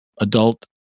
adult